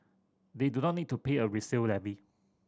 they do not need to pay a resale levy